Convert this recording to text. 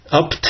up